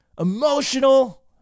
emotional